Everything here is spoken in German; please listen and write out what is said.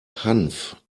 hanf